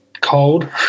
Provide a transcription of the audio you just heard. cold